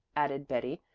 added betty,